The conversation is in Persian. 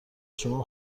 شما